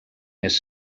més